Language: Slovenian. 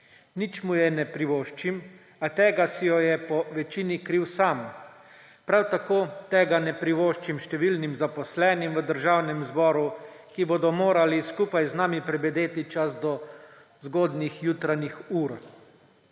Nič mu je ne privoščim, a tega si je povečini kriv sam. Prav tako tega ne privoščim številnim zaposlenim v Državnem zboru, ki bodo morali skupaj z nami prebedeti čas do zgornjih jutranjih ur.